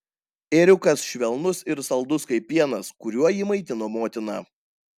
ėriukas švelnus ir saldus kaip pienas kuriuo jį maitino motina